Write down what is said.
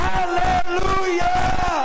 Hallelujah